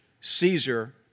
Caesar